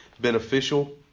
beneficial